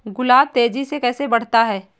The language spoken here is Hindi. गुलाब तेजी से कैसे बढ़ता है?